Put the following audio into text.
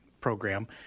program